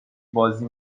بازی